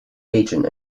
agent